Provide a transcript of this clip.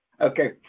Okay